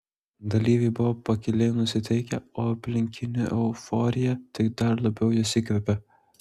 dalyviai buvo pakiliai nusiteikę o aplinkinių euforija tik dar labiau juos įkvėpė